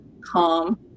calm